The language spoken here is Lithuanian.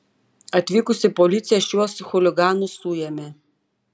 atvykusi policija šiuos chuliganus suėmė